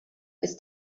ist